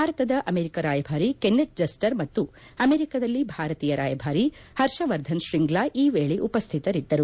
ಭಾರತದ ಅಮೆರಿಕ ರಾಯಭಾರಿ Kenneth Juster ಮತ್ತು ಅಮೆರಿಕದಲ್ಲಿ ಭಾರತೀಯ ರಾಯಭಾರಿ ಹರ್ಷವರ್ಧನ್ ಶ್ರೀಂಗ್ಲಾ ಈ ವೇಳೆ ಉಪಸ್ಥಿತರಿದ್ದರು